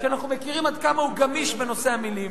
כי אנחנו יודעים עד כמה הוא גמיש בנושא המלים.